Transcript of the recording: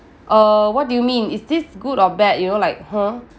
err what do you mean is this good or bad you know like !huh!